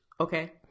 okay